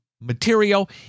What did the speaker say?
material